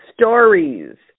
stories